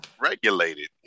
regulated